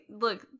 Look